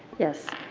yes.